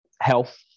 health